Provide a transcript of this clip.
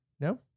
No